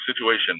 situation